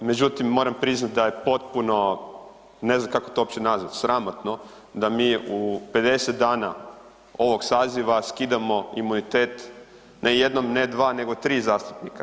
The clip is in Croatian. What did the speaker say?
Međutim, moram priznat da je potpuno, ne znam kako to uopće nazvat, sramotno da mi u 50 dana ovog saziva skidamo imunitet ne jednom, ne dva, nego 3 zastupnika.